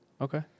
Okay